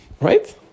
right